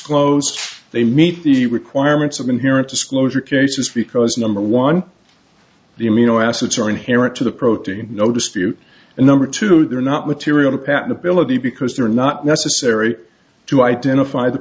disclosed they meet the requirements of inherent disclosure cases because number one the amino acids are inherent to the protein no dispute and number two they're not material patentability because they're not necessary to identify the